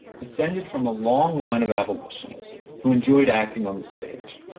descended from a long line of abolitionists who enjoyed acting on the stage.